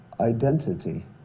identity